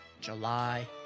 july